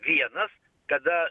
vienas kada